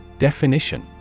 Definition